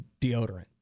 deodorant